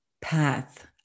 path